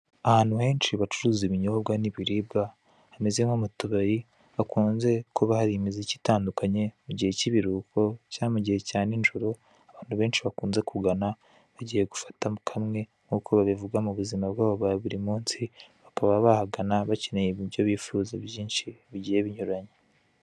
Ahantu henshi bacuruza ibinyobwa n'ibiribwa, hameze nko mu tubari bakunze kuba hari imiziki itandukanya mu gihe cy'ibiruhuko cya mu gihe cya ninjoro abantu benshi bakunze kugana bagiye gufata kamwe nkuko babivuga mu buzima bwabo bwa buri munsi bakaba bahagana bakeneye ibibyo bifuza byinshi bigiye binyuranye.